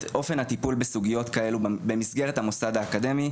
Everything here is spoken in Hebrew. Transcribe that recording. ואת אופן הטיפול בסוגיות כאלו במסגרת המוסד האקדמי.